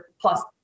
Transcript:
plus